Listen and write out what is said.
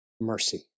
mercy